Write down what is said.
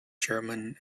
chairman